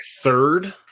third